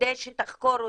כדי שתחקור אותה?